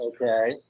Okay